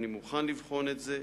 אני מוכן לבחון את זה.